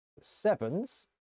sevens